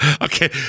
Okay